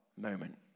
moment